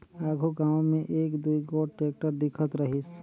आघु गाँव मे एक दुई गोट टेक्टर दिखत रहिस